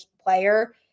player